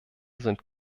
sind